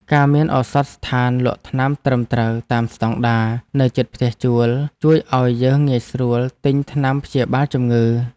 ការមានឱសថស្ថានលក់ថ្នាំត្រឹមត្រូវតាមស្តង់ដារនៅជិតផ្ទះជួលជួយឱ្យយើងងាយស្រួលទិញថ្នាំព្យាបាលជំងឺ។